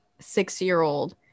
six-year-old